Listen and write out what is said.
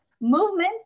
movement